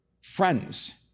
friends